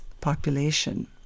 population